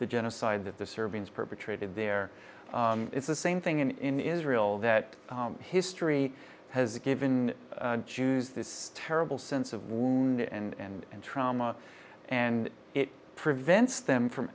the genocide that the serbians perpetrated there it's the same thing in in israel that history has given jews this terrible sense of wounded and and trauma and it prevents them from